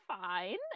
Fine